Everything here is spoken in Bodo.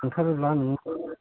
लांथारोब्ला नोङो